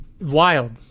wild